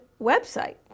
website